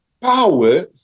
power